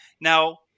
now